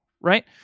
Right